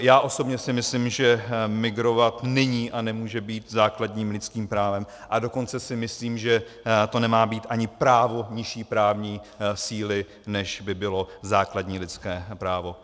Já osobně si myslím, že migrovat není a nemůže být základním lidským právem, a dokonce si myslím, že to nemá být ani právo nižší právní síly, než by bylo základní lidské právo.